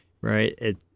Right